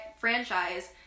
franchise